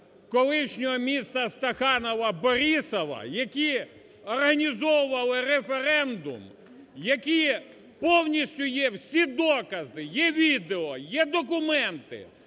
колишнього міста Стаханова Борисова, які організовували референдум, які, повністю є всі докази, є відео, є документи,